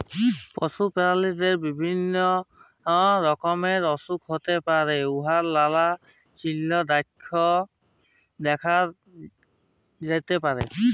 পশু পেরালিদের বিভিল্য রকমের অসুখ হ্যইতে পারে উয়ার লালা চিল্হ দ্যাখা যাতে পারে